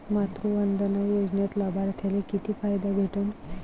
मातृवंदना योजनेत लाभार्थ्याले किती फायदा भेटन?